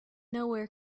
nowhere